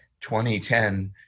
2010